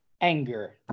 anger